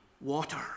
water